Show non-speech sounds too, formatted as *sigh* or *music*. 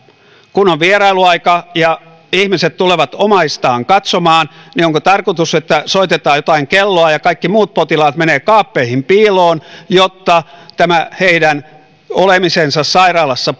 kun on vierailuaika ja ihmiset tulevat omaistaan katsomaan niin onko tarkoitus että soitetaan jotain kelloa ja kaikki muut potilaat menevät kaappeihin piiloon jotta tämä heidän olemisensa sairaalassa *unintelligible*